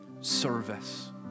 service